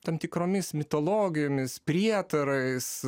tam tikromis mitologijomis prietarais